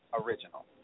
original